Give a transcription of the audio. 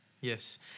yes